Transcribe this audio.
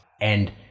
And-